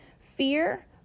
Fear